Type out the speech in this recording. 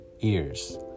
ears